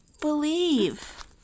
believe